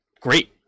great